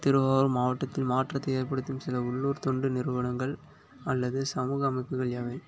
திருவாரூர் மாவட்டத்தில் மாற்றத்தை ஏற்படுத்தும் சில உள்ளூர் தொண்டு நிறுவனங்கள் அல்லது சமூக அமைப்புகள் யாவை